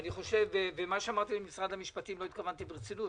מה שאמרתי למשרד המשפטים, לא התכוונתי ברצינות.